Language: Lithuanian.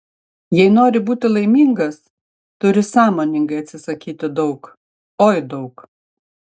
jei nori būti laimingas turi sąmoningai atsisakyti daug oi daug